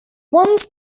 once